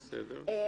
בסדר.